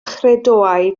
chredoau